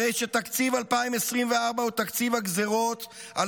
הרי שתקציב 2024 הוא תקציב הגזרות על